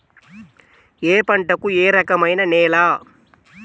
ఏ పంటకు ఏ రకమైన నేల?